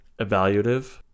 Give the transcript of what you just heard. evaluative